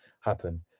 happen